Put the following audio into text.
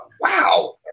wow